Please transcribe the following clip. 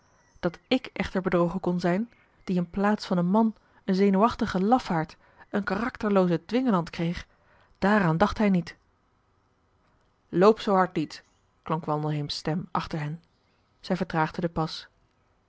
dat ik echter bedrogen kon zijn die in plaats van een man een zenuwachtigen lafaard een marcellus emants een drietal novellen karakterloozen dwingeland kreeg daaraan dacht hij niet loop zoo hard niet klonk wandelheems stem achter hen zij vertraagde den pas